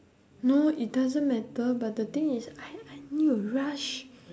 no it doesn't matter but the thing is I I need to rush